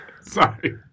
sorry